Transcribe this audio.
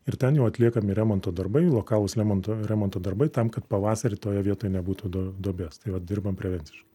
ir ten jau atliekami remonto darbai lokalūs lemonto remonto darbai tam kad pavasarį toje vietoj nebūtų do duobės tai va dirbam prevenciškai